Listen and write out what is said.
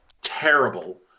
terrible